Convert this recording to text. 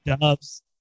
doves